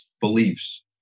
beliefs